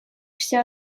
все